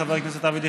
חבר הכנסת אבי דיכטר,